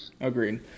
agreed